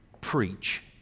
preach